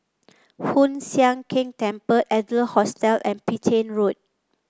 Hoon Sian Keng Temple Adler Hostel and Petain Road